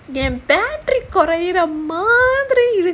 என்:yaen battery குறையுற மாதிரி இருக்கு:kuraiyura maadhiri irukku